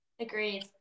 agreed